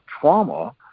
trauma